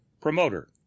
promoter